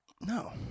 No